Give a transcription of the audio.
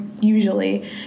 usually